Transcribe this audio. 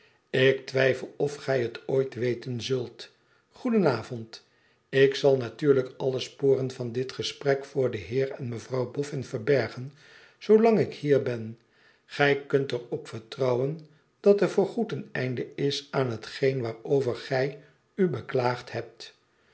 ik twijfel of gij het ooit weten zult goedenavond ik zal natuurlijk alle sporen van dit gesprek voor den heer en mevrouw boffin verbergen zoolang ik hier ben gij kunt er op vertrouwen dat er voorgoed een einde is aan hetgeen waarover gij u beklaagd hebt